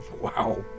Wow